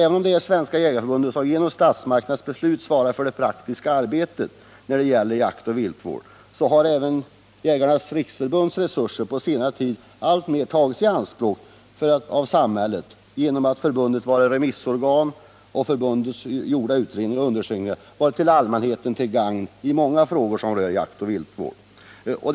Även om det är Svenska jägareförbundet som på grund av statsmakternas beslut svarar för det praktiska arbetet när det gäller jaktoch viltvården, har även Jägarnas riksförbund-Landsbygdens jägares resurser på senare tid alltmer tagits i anspråk av samhället genom att förbundet varit remissorgan och genom att utredningar som gjorts av förbundet kommit allmänheten till gagn i många frågor som rör jaktoch viltvården.